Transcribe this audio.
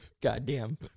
Goddamn